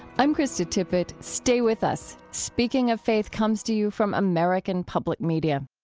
i'm krista tippett. stay with us. speaking of faith comes to you from american public media